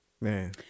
Man